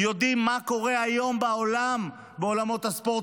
יודעים מה קורה היום בעולם בעולמות הספורט,